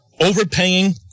Overpaying